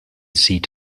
seat